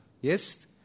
Yes